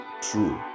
true